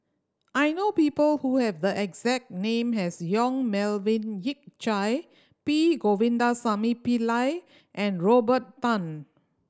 I know people who have the exact name as Yong Melvin Yik Chye P Govindasamy Pillai and Robert Tan